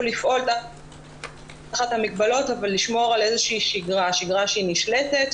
לפעול תחת המגבלות אבל לשמור על איזו שגרה שגרה נשלטת,